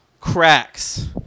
cracks